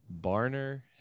barner